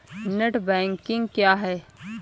Net banking क्या है?